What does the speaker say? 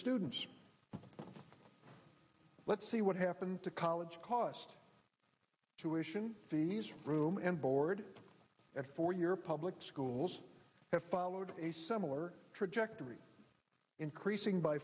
students let's see what happens to college cost to ition fees room and board at four year public schools have followed a similar trajectory increasing by